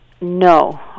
No